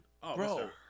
bro